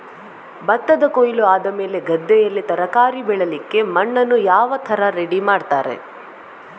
ಭತ್ತದ ಕೊಯ್ಲು ಆದಮೇಲೆ ಗದ್ದೆಯಲ್ಲಿ ತರಕಾರಿ ಬೆಳಿಲಿಕ್ಕೆ ಮಣ್ಣನ್ನು ಯಾವ ತರ ರೆಡಿ ಮಾಡ್ತಾರೆ?